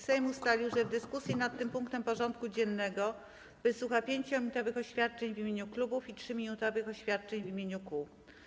Sejm ustalił, że w dyskusji nad tym punktem porządku dziennego wysłucha 5-minutowych oświadczeń w imieniu klubów i 3-minutowych oświadczeń w imieniu kół.